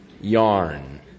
Yarn